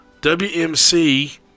WMC